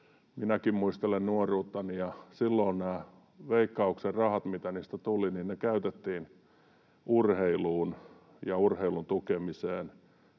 Minäkin muistelen nuoruuttani, ja silloin nämä Veikkauksen rahat, mitä niistä tuli, käytettiin urheiluun ja urheilun tukemiseen.